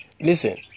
Listen